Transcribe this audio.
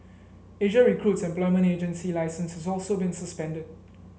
Asia Recruit's employment agency licence has also been suspended